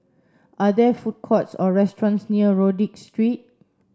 are there food courts or restaurants near Rodyk Street